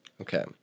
Okay